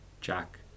Jack